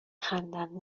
خندند